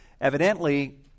evidently